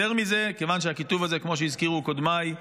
יותר מזה, כיוון שהכיתוב הזה, כמו שהזכירו קודמיי,